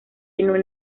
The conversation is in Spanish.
tiene